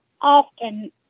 often